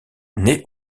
nait